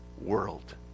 world